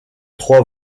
trois